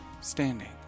standing